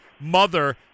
mother